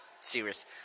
serious